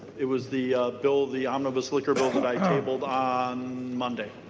it was the bill the omnibus liquor bill but i tabled on monday.